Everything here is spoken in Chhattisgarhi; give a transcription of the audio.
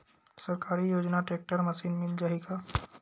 सरकारी योजना टेक्टर मशीन मिल जाही का?